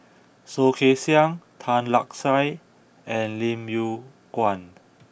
Soh Kay Siang Tan Lark Sye and Lim Yew Kuan